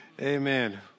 Amen